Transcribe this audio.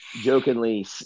jokingly